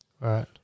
right